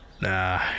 Nah